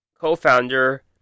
co-founder